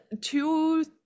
two